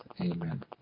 Amen